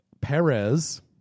Perez